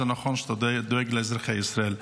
זה נכון שאתה דואג לאזרחי ישראל.